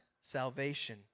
Salvation